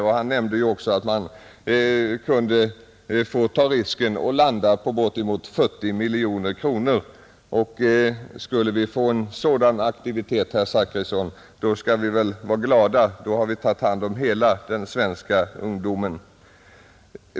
Han nämnde även att man kunde få ta risken att landa på bortemot 40 miljoner kronor vilket naturligtvis är orealistiskt. Men skulle vi få en sådan aktivitet, herr Zachrisson, skall vi väl vara glada — då har vi tagit hand om hela den svenska ungdomen.